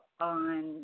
on